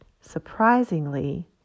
Surprisingly